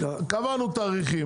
קבענו תאריכים,